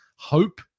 Hope